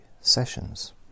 sessions